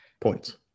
points